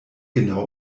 genau